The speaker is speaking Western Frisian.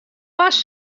pas